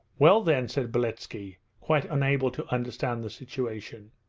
well then said beletski, quite unable to understand the situation.